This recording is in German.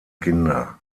kinder